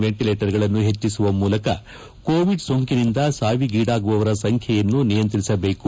ವೆಂಟೀಲೇಟರ್ಗಳನ್ನು ಹೆಚ್ಚಿಸುವ ಮೂಲಕ ಕೋವಿಡ್ ಸೋಂಕಿನಿಂದ ಸಾವಿಗೀಡಾಗುವವರ ಸಂಖ್ಯೆಯನ್ನು ನಿಯಂತ್ರಿಸಬೇಕು